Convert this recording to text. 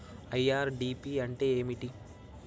IRDP అంటే ఏమిటి?